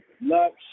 Lux